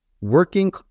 working